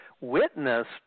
witnessed